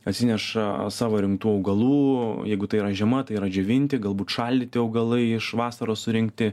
atsineša savo rinktų augalų jeigu tai yra žema tai yra džiovinti galbūt šaldyti augalai iš vasaros surinkti